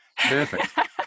Perfect